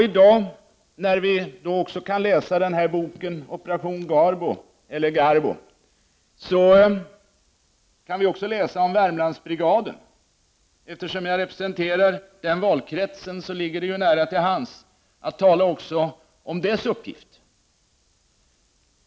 I dag, när vi kan läsa boken Operation Garbo II kan vi också läsa om Värmlandsbrigaden. Eftersom jag representerar valkretsen Värmland ligger det nära till hands för mig att tala också om brigadens uppgift.